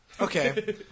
Okay